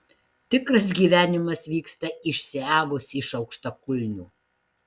tikras gyvenimas vyksta išsiavus iš aukštakulnių